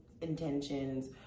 intentions